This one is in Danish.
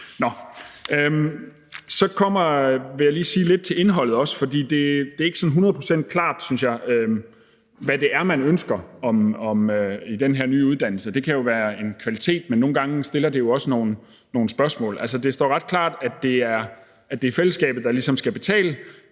Så vil jeg lige sige lidt om indholdet også, for det er ikke sådan hundrede procent klart, synes jeg, hvad det er, man ønsker i forhold til den her nye uddannelse. Det kan jo være en kvalitet, men nogle gange rejser det også nogle spørgsmål. Altså, det står ret klart, at det er fællesskabet, der ligesom skal betale,